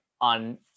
on